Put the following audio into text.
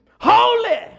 holy